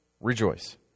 rejoice